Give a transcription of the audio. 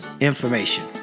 information